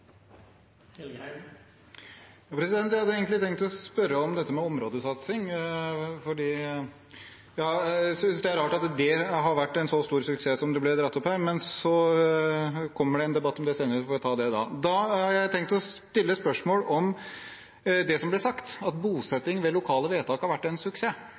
Jeg hadde egentlig tenkt å spørre om dette med områdesatsing, for jeg synes det er rart at det har vært en så stor suksess som det ble trukket fram her, men det kommer en debatt om det senere, så vi får ta det da. Da har jeg tenkt å stille et spørsmål om det som ble sagt om at bosetting ved lokale vedtak har vært en suksess.